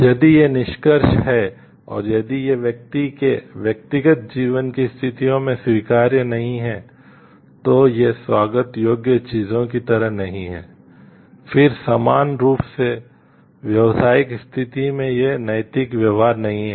यदि ये निष्कर्ष हैं और यदि ये व्यक्ति के व्यक्तिगत जीवन की स्थितियों में स्वीकार्य नहीं हैं तो ये स्वागत योग्य चीजों की तरह नहीं हैं फिर समान रूप से व्यावसायिक स्थिति में ये नैतिक व्यवहार नहीं हैं